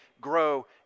grow